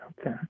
Okay